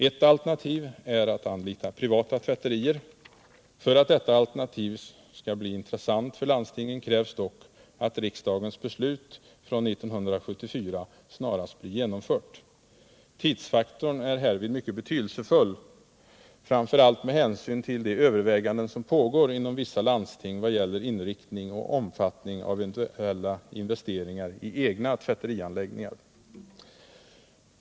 Ett alternativ är att anlita privata tvätterier. För att detta alternativ skall bli intressant för landstingen krävs dock att riksdagens beslut från 1974 snarast blir genomfört. Tidsfaktorn är härvid mycket betydelsefull, framför allt med hänsyn till de överväganden som pågår inom vissa landsting vad gäller inriktning och omfattning av eventuella investeringar i egna tvätterianläggningar.